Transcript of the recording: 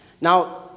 Now